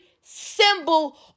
symbol